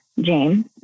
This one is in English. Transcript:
James